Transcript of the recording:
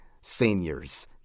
seniors